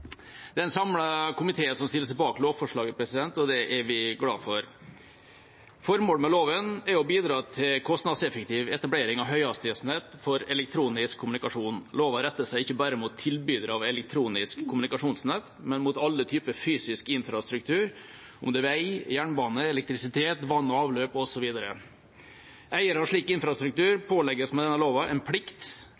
Det er en samlet komité som stiller seg bak lovforslaget, og det er vi glade for. Formålet med loven er å bidra til kostnadseffektiv etablering av høyhastighetsnett for elektronisk kommunikasjon. Loven retter seg ikke bare mot tilbydere av elektronisk kommunikasjonsnett, men mot alle typer fysisk infrastruktur, enten det er vei, jernbane, elektrisitet eller vann og avløp, osv. Eiere av slik infrastruktur